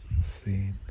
seen